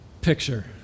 picture